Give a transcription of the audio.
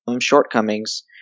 shortcomings